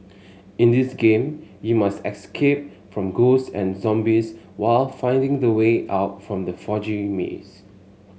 in this game you must escape from ghost and zombies while finding the way out from the foggy maze